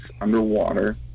underwater